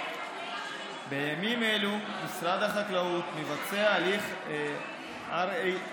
בימים אלו משרד החקלאות מבצע הליך RIA,